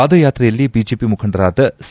ಪಾದಾಯಾತ್ರೆಯಲ್ಲಿ BJP ಮುಖಂಡರಾದ C